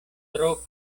tro